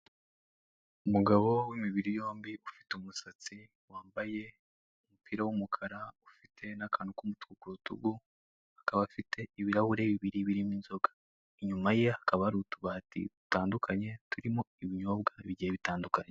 Umugabo w'imibiri yombi ufite umusatsi wambaye umupira w'umukara, ufite n'akantu k'umutuku ku rutugu akaba afite ibirahure bibiri birimo inzoga. Inyuma ye hakaba hari utubati dutandukanye turimo ibinyobwa bigiye bitandukanye.